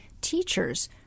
teachers –